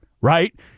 Right